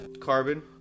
carbon